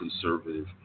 conservative